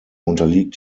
unterliegt